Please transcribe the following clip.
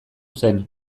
zen